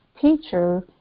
teacher